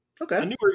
okay